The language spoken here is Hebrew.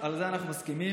על זה אנחנו מסכימים,